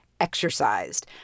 exercised